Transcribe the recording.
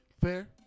Fair